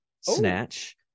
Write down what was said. Snatch